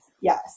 Yes